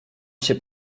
się